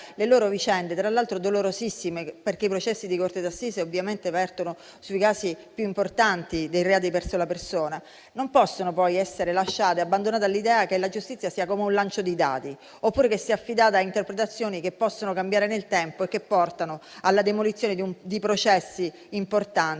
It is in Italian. le loro vicende, tra l'altro dolorosissime, perché i processi di corte d'assise vertono sui casi più importanti di reati verso la persona, non possono poi essere abbandonate all'idea che la giustizia sia come un lancio di dati, oppure sia affidata a interpretazioni che possono cambiare nel tempo e portano alla demolizione di processi importanti,